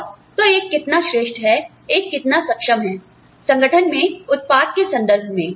और तो एक कितना श्रेष्ठ है एक कितना सक्षम है संगठन में उत्पाद के संदर्भ में